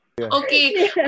Okay